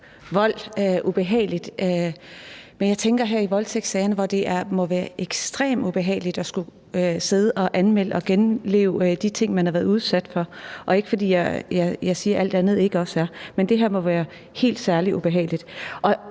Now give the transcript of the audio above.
vold ubehageligt, men jeg tænker, at det her i voldtægtssagerne må være ekstremt ubehageligt at skulle sidde og anmelde og genopleve de ting, man har været udsat for – ikke fordi jeg siger, at alt andet ikke også er. Men det her må være helt særlig ubehageligt.